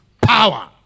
power